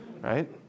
Right